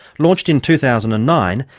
launched in two thousand and nine,